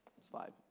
slide